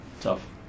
tough